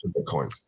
Bitcoin